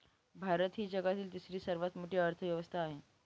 भारत ही जगातील तिसरी सर्वात मोठी अर्थव्यवस्था आहे